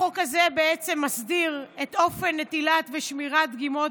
החוק הזה מסדיר את אופן נטילת ושמירת דגימות